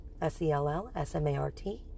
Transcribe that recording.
S-E-L-L-S-M-A-R-T